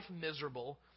miserable